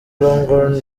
longoria